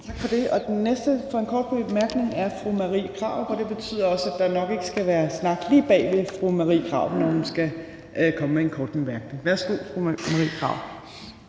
Tak for det. Den næste for en kort bemærkning er fru Marie Krarup, og det betyder også, at der nok ikke skal være snak lige bagved fru Marie Krarup, når hun skal komme med en kort bemærkning. Værsgo, fru Marie Krarup.